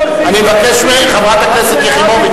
חברת הכנסת יחימוביץ,